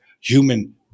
human